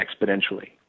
exponentially